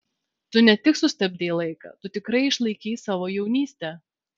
tu ne tik sustabdei laiką tu tikrai išlaikei savo jaunystę